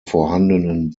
vorhandenen